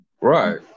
Right